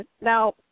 now